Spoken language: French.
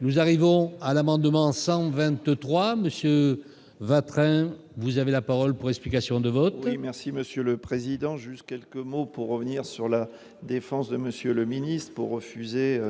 nous arrivons à l'amendement 123 monsieur Vatrin, vous avez la parole pour explication de vote. Oui, merci Monsieur le Président, jusqu', quelques mots pour revenir sur la défense de Monsieur le Ministre, pour refuser